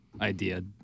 idea